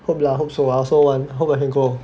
hope lah hope so I also want hope I can go